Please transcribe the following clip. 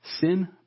Sin